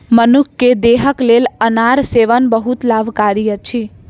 मनुख के देहक लेल अनार सेवन बहुत लाभकारी अछि